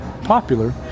popular